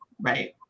Right